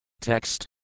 Text